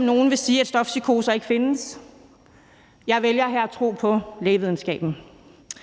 Nogle vil sige, at stofpsykoser ikke findes, men jeg vælger her at tro på lægevidenskaben.